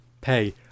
pay